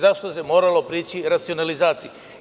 Zato se moralo prići racionalizaciji.